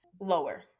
lower